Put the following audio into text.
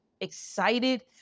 excited